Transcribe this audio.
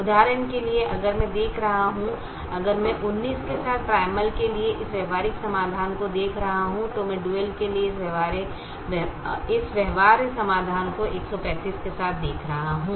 उदाहरण के लिए अगर मैं देख रहा हूं अगर मैं 19 के साथ प्राइमल के लिए इस व्यावहारिक समाधान को देख रहा हूं और मैं डुअल के लिए इस व्यवहार्य समाधान को 135 के साथ देख रहा हूं